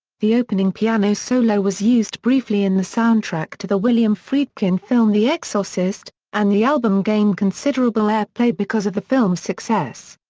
the opening piano solo was used briefly in the soundtrack to the william friedkin film the exorcist, and the album gained considerable airplay because of the film's success.